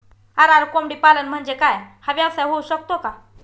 RR कोंबडीपालन म्हणजे काय? हा व्यवसाय होऊ शकतो का?